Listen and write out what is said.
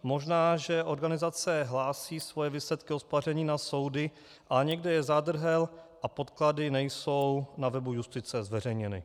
Možná že organizace hlásí svoje výsledky hospodaření na soudy, ale někde je zádrhel a podklady nejsou na webu Justice zveřejněny.